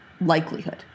likelihood